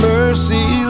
Mercy